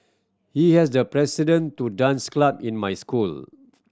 he has the president to dance club in my school